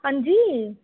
हंजी